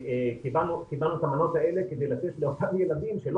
קיבלנו את המנות האלה כדי לתת לאותם ילדים שלא